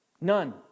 None